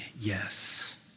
yes